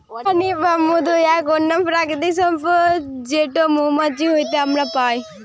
হানি বা মধু এক অনন্য প্রাকৃতিক সম্পদ যেটো মৌমাছি হইতে আমরা পাই